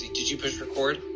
did did you push record?